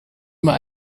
immer